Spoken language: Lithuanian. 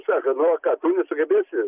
sako nu o ką tu nesugebėsi